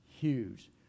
huge